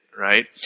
right